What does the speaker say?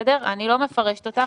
אני לא מפרשת אותך.